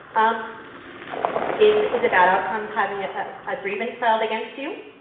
um is is a bad outcome having a ah a grievance filed against you,